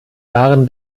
waren